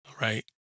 right